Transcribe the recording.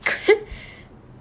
alright